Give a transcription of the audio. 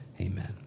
Amen